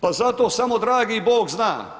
Pa zato samo dragi Bog zna.